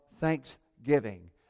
thanksgiving